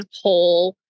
whole